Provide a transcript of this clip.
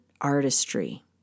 artistry